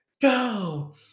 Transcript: go